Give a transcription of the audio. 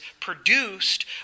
produced